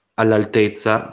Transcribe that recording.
all'altezza